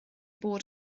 bod